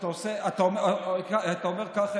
אתה אומר ככה,